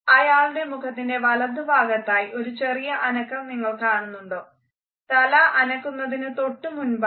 അയാളുടെ മുഖത്തിൻറെ വലതു ഭാഗത്തായി ഒരു ചെറിയ അനക്കം നിങ്ങൾ കാണുന്നുണ്ടോ തല ആനക്കുന്നതിനു തൊട്ട് മുൻപായി